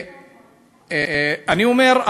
אני אומר,